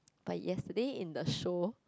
but yesterday in the show